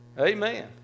Amen